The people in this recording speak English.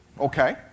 Okay